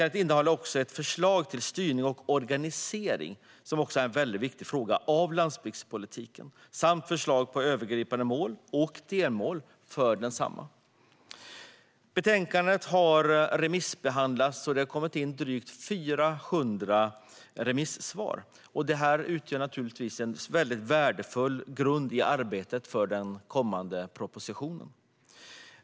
Det innehåller även ett förslag till styrning och organisering av landsbygdspolitiken, vilket också är en mycket viktig fråga, samt förslag på övergripande mål och delmål för densamma. Betänkandet har remissbehandlats, och det har kommit in drygt 400 remissvar. De utgör naturligtvis en väldigt värdefull grund i arbetet med den kommande propositionen.